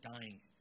dying